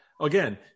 again